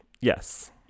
yes